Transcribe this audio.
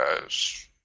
guys